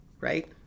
right